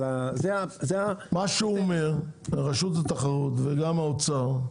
מה שהוא אומר, רשות התחרות וגם האוצר,